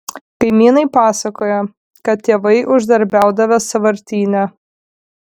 kaimynai pasakoja kad tėvai uždarbiaudavę sąvartyne